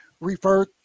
refer